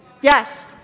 Yes